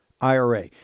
IRA